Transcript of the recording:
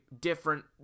different